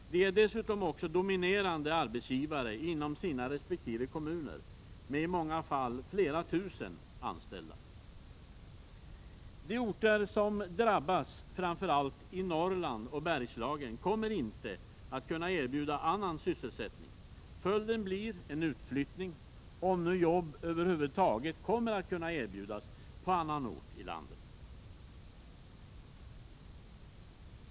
De är dessutom också dominerande arbetsgivare inom sina resp. kommuner, med i många fall flera tusen anställda. De orter som drabbas — framför allt i Norrland och Bergslagen — kommer inte att kunna erbjuda annan sysselsättning. Följden blir en utflyttning — om nu jobb över huvud taget kommer att kunna erbjudas på annan ort i landet.